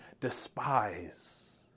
despise